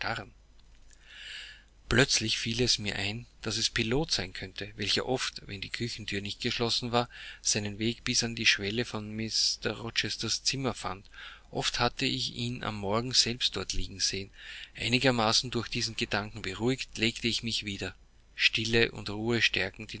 plötzlich fiel es mir ein daß es pilot sein könne welcher oft wenn die küchenthür nicht geschlossen war seinen weg bis an die schwelle von mr rochesters zimmer fand oft hatte ich ihn am morgen selbst dort liegen sehen einigermaßen durch diesen gedanken beruhigt legte ich mich wieder stille und ruhe